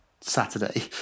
Saturday